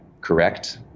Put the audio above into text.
correct